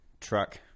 truck